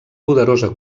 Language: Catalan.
poderosa